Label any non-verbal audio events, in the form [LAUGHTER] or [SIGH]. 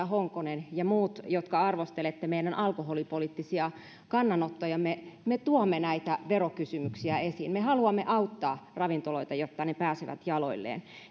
[UNINTELLIGIBLE] honkonen ja muut jotka arvostelette meidän alkoholipoliittisia kannanottojamme me tuomme näitä verokysymyksiä esiin me haluamme auttaa ravintoloita jotta ne pääsevät jaloilleen